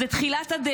זו תחילת הדרך.